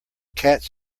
cats